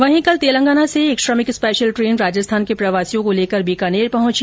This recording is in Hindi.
वहीं कल तेलंगाना से एक श्रमिक स्पेशल ट्रेन राजस्थान के प्रवासियों को लेकर बीकानेर पहुंची